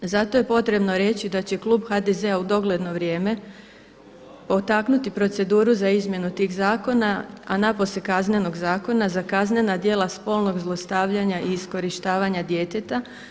Zato je potrebno reći da će klub HDZ-a u dogledno vrijeme potaknuti proceduru za izmjenu tih zakona, a napose Kaznenog zakona za kaznena djela spolnog zlostavljanja i iskorištavanja djeteta.